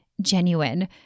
genuine